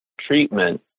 treatment